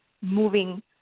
moving